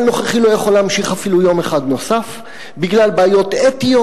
הנוכחי לא יכול להמשיך אפילו יום אחד נוסף בגלל בעיות אתיות,